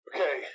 Okay